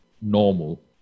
normal